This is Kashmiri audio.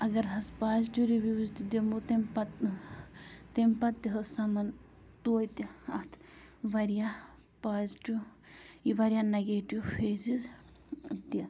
اَگر حظ پازِٹِو رِوِوِز تہِ دِمو تمہِ پَتہٕ تمہِ پَتہٕ تہِ حظ سَمَن توتہِ اَتھ واریاہ پازِٹِو یہِ واریاہ نَگیٹِو فیزِز تہِ